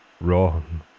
wrong